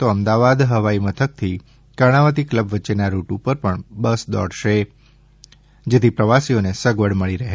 તો અમદાવાદ હવાઈ મથકથી કર્ણાવતી ક્લબ વચ્ચેના રૂટ ઉપર પણ બસ દોડશે જેથી પ્રવાસીઓને સગવડ મળી રહે